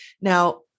Now